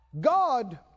God